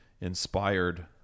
inspired